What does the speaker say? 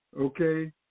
okay